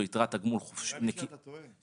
יתרת תגמול נקייה --- נראה לי שאתה טועה.